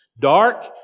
Dark